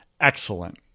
excellent